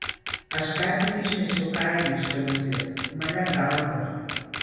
aš ką tik išnešiau kailį iš kaliūzės mane gaudo